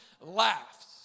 laughs